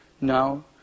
now